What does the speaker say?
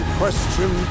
question